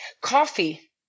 Coffee